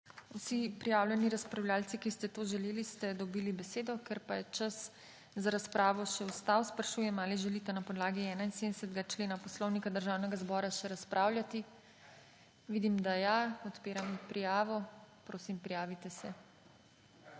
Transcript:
Vsi prijavljeni razpravljavci, ki ste to želeli, ste dobili besedo. Ker pa je čas za razpravo še ostal, sprašujem, ali želite na podlagi 71. člena Poslovnika Državnega zbora še razpravljati? (Da.) Vidim, da ja. Odpiram prijavo. Prosim, prijavite se.